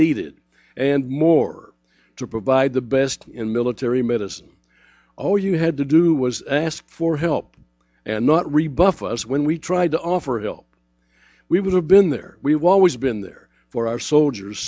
needed and more to provide the best in military medicine all you had to do was ask for help and not rebuff us when we tried to offer help we would have been there we've always been there for our soldiers